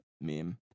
meme